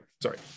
sorry